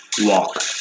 Walk